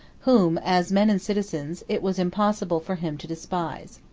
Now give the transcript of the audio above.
whom, as men and citizens, it was impossible for him to despise.